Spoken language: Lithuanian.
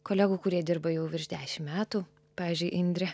kolegų kurie dirba jau virš dešim metų pavyzdžiui indrė